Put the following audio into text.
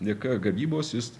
dėka gavybos jis